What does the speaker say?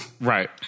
Right